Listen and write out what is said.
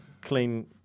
clean